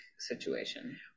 Situation